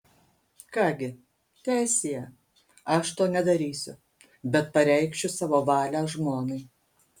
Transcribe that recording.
ką gi teesie aš to nedarysiu bet pareikšiu savo valią žmonai